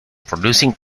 producing